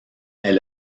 est